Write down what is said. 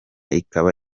ikaba